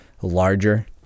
Larger